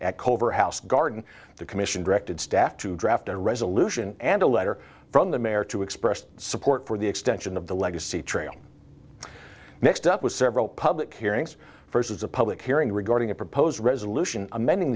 at cove or house garden the commission directed staff to draft a resolution and a letter from the mayor to express support for the extension of the legacy trail mixed up with several public hearings versus a public hearing regarding a proposed resolution amend